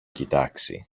κοιτάξει